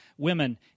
women